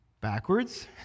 backwards